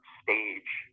stage